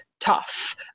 tough